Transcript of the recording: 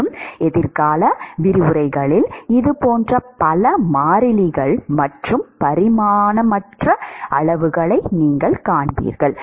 மேலும் எதிர்கால விரிவுரைகளில் இதுபோன்ற பல மாறிலிகள் மற்றும் பரிமாணமற்ற அளவுகளை நீங்கள் காண்பீர்கள்